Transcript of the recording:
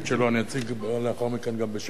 ואני אציג לאחר מכן גם בשם חיים כץ.